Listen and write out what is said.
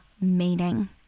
meaning